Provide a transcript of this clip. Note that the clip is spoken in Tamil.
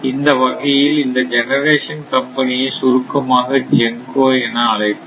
இந்த வகையில் இந்த ஜெனரேஷன் கம்பெனியை சுருக்கமாக GENCO என அழைப்போம்